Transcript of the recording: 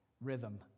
rhythm